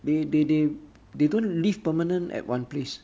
they they they they don't leave permanent at one place